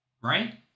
right